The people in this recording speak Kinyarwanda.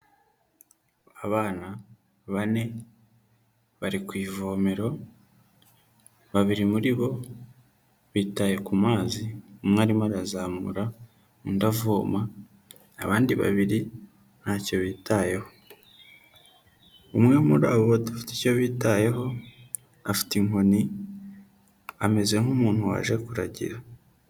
Abana bane bari ku ivomero, babiri muri bo bitaye ku mazi, umwe arimo arazamura, undi avoma, abandi babiri ntacyo bitayeho, umwe muri abo bafite icyo bitayeho, afite inkoni, ameze nk'umuntu waje kuragira.